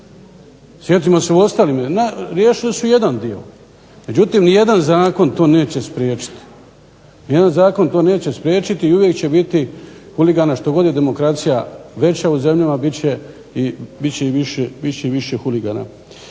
sjetimo se ostalih. Riješili su jedan dio, međutim nijedan zakon to neće spriječiti i uvijek će biti huligana što god je demokracija veća u zemljama bit će i više huligana.